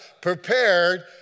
prepared